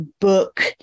book